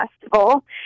Festival